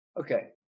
Okay